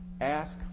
Ask